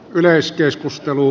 yleiskeskustelu